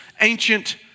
ancient